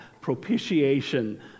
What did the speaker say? propitiation